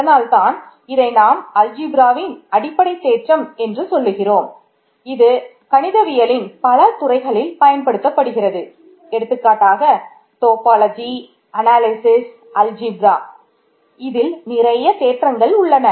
இதில் நிறைய தேற்றங்கள் உள்ளன